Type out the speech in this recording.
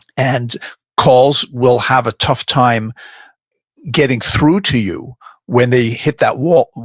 and calls will have a tough time getting through to you when they hit that wall,